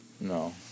No